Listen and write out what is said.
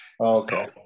okay